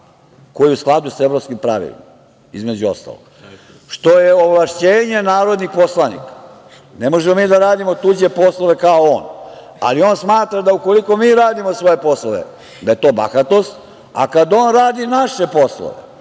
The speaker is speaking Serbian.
koji je u skladu sa evropskim pravilima, između ostalog, što je ovlašćenje narodnih poslanika. Ne možemo mi da radimo tuđe poslove, kao on. On smatra, da ukoliko mi radimo svoje poslove, da je to bahatost, a kad on radi naše poslove,